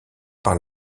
par